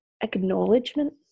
acknowledgement